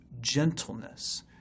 gentleness